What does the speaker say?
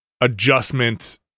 adjustment